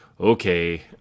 okay